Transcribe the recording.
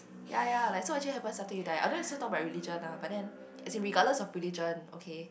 ya ya like so actually happens after you die I don't want to talk about religion lah but then it's regardless of religion okay